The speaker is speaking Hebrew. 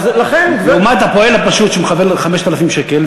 לעומת הפועל הפשוט שמקבל 5,000 שקל,